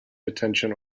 detention